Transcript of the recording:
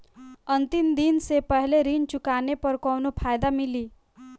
अंतिम दिन से पहले ऋण चुकाने पर कौनो फायदा मिली?